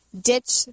ditch